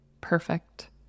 perfect